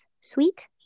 sweet